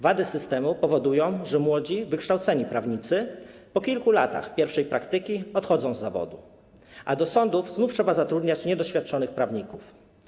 Wady systemu powodują, że młodzi, wykształceni prawnicy po kilku latach pierwszej praktyki odchodzą z zawodu, a do sądów znów trzeba zatrudniać niedoświadczonych prawników.